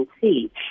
see